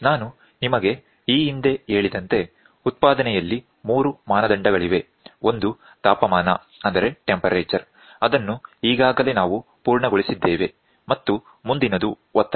ನಾನು ನಿಮಗೆ ಈ ಹಿಂದೆ ಹೇಳಿದಂತೆ ಉತ್ಪಾದನೆಯಲ್ಲಿ 3 ಮಾನದಂಡಗಳಿವೆ ಒಂದು ತಾಪಮಾನ ಅದನ್ನು ಈಗಾಗಲೇ ನಾವು ಪೂರ್ಣಗೊಳಿಸಿದ್ದೇವೆ ಮತ್ತು ಮುಂದಿನದು ಒತ್ತಡ